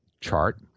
chart